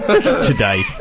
Today